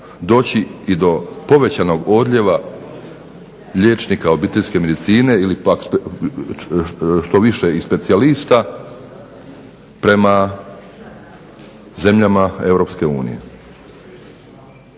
doći i do povećanog odlijeva liječnika obiteljske medicine i čak što više specijalista prema zemljama EU.